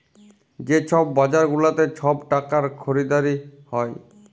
যে ছব বাজার গুলাতে ছব টাকার খরিদারি হ্যয়